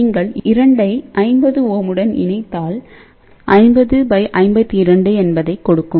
நீங்கள் 2 Ω ஐ 50 Ω உடன் இணைத்தால் என்பதை கொடுக்கும்